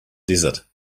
desert